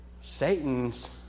Satan's